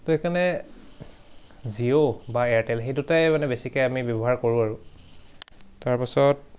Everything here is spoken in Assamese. তো সেইকাৰণে জিঅ' বা এয়াৰটেল সেই দুটাই মানে বেছিকৈ আমি ব্যৱহাৰ কৰোঁ আৰু তাৰপাছত